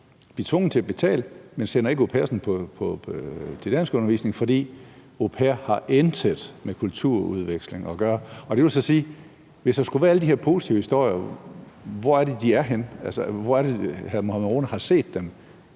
blive tvunget til at betale, men de sender ikke au pairerne til danskundervisning, for au pair har intet med kulturudveksling at gøre. Og det vil så sige: Hvis der skulle være alle de her positive historier, hvor er det så, de er henne? Altså, hvor er det, hr. Mohammad Rona har set dem?